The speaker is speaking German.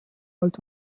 alt